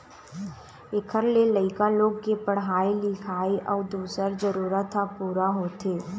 एखर ले लइका लोग के पढ़ाई लिखाई अउ दूसर जरूरत ह पूरा होथे